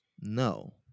No